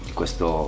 questo